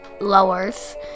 lowers